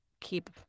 keep